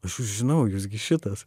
aš jus žinau jūs gi šitas